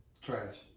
Trash